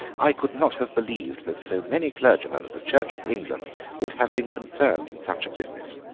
i could not have believed that so many clergymen of the church of england would have been concerned in such a business.